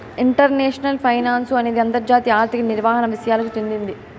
international finance అనేది అంతర్జాతీయ ఆర్థిక నిర్వహణ విసయాలకు చెందింది